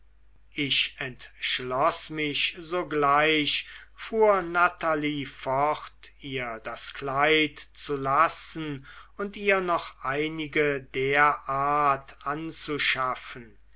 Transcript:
ich entschloß mich sogleich fuhr natalie fort ihr das kleid zu lassen und ihr noch einige der art anzuschaffen